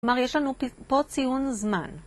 כלומר יש לנו פה ציון זמן.